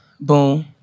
Boom